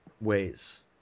ways